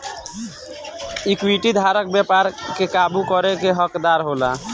equity धारक व्यापार के काबू करे के हकदार होला